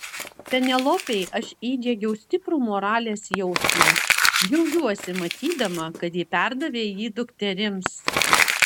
penelopei aš įdiegiau stiprų moralės jausmą džiaugiuosi matydama kad ji perdavė jį dukterims